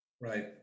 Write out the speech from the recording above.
Right